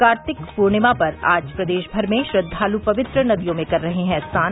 कार्तिक पूर्णिमा पर आज प्रदेश भर में श्रद्वालु पवित्र नदियों में कर रहे हैं स्नान